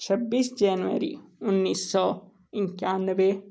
छब्बीस जेनवरी उन्नीस सौ इक्यानवे